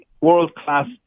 world-class